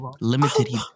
Limited